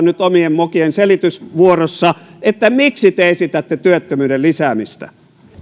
nyt omien mokien selitysvuorossa miksi te esitätte työttömyyden lisäämistä